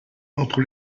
entre